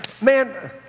man